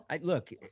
look